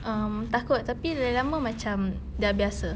um takut tapi lama-lama macam sudah biasa